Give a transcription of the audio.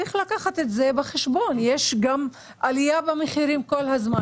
ויש עלייה במחירים כל הזמן.